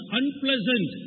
unpleasant